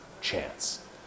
chance